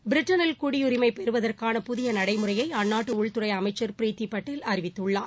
பிரிட்டனில் குடியுரிமை பெறுவதற்கான புதிய நடைமுறையை அந்நாட்டு உள்துறை அமைச்ச் ப்ரீத்தி படேல் அறிவித்துள்ளார்